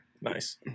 Nice